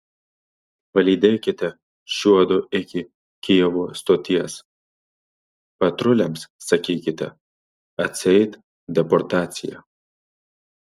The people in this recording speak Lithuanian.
palydėkite šiuodu iki kijevo stoties patruliams sakykite atseit deportacija